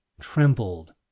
trembled